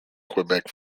quebec